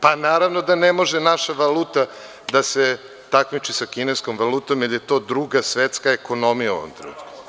Pa, naravno da ne može naša valuta da se takmiči sa kineskom valutom, jer je to druga svetska ekonomija u ovom trenutku.